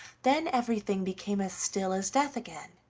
then everything became still as death again,